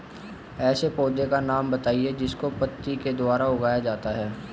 ऐसे पौधे का नाम बताइए जिसको पत्ती के द्वारा उगाया जाता है